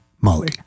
Molly